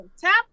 Tap